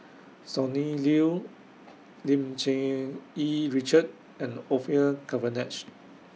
Sonny Liew Lim Cherng Yih Richard and Orfeur Cavenagh